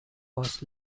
was